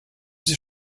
sie